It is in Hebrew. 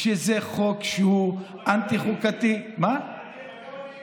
שהוא חוק שהוא אנטי-חוקתי, אבל גם אני